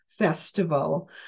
Festival